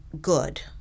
good